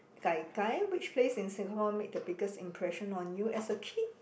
Gai Gai which place in Singapore make the biggest impression on you as a kid